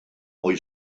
mwy